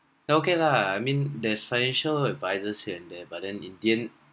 okay lah I mean there's financial advisers here and there but then in the end